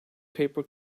paper